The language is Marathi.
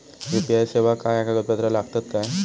यू.पी.आय सेवाक काय कागदपत्र लागतत काय?